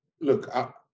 look